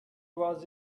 was